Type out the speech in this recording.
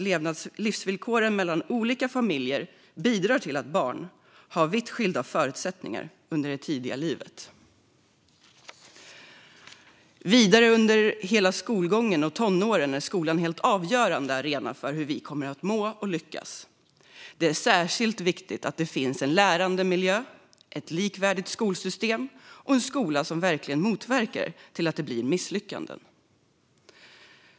Livsvillkoren mellan olika familjer bidrar till att barn har vitt skilda förutsättningar under det tidiga livet. Vidare under hela skolgången och tonåren är skolan en helt avgörande arena för hur vi kommer att må och lyckas. Det är särskilt viktigt att det finns en lärande miljö, ett likvärdigt skolsystem och en skola som verkligen motverkar misslyckanden.